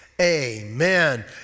amen